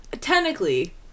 technically